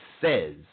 says